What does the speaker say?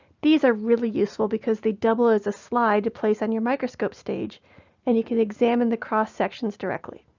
these are really useful because they double as a slide to place on your microscope stage and you can examine the cross sections directly.